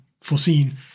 foreseen